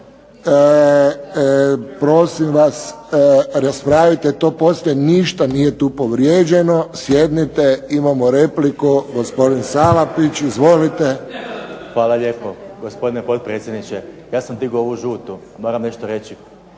Prosim vas, raspravite to poslije, ništa nije tu povrijeđeno. Sjednite. Imamo repliku. Gospodin Salapić. Izvolite. **Salapić, Josip (HDZ)** Hvala lijepo gospodine potpredsjedniče. Ja sam digao ovu žutu moram nešto reći.